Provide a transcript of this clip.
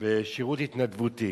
בשירות התנדבותי.